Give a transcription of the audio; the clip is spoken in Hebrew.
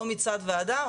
או מצד ועדה,